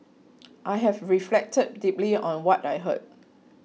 I have reflected deeply on what I heard